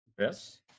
Yes